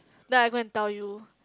then I go and tell you